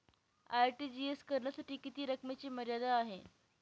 RTGS करण्यासाठी किती रकमेची मर्यादा आहे?